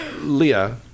Leah